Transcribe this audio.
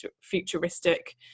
futuristic